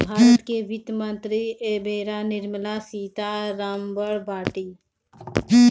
भारत के वित्त मंत्री एबेरा निर्मला सीता रमण बाटी